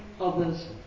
others